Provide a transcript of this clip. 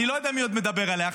אני לא יודע מי עוד מדבר עליה.